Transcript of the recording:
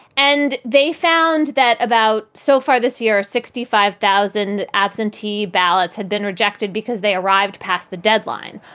and they found that about so far this year, sixty five thousand absentee ballots had been rejected because they arrived past the deadline,